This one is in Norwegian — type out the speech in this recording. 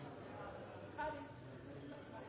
ivaretar